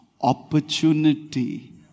opportunity